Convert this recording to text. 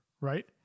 right